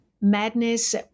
madness